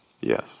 Yes